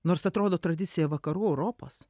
nors atrodo tradicija vakarų europos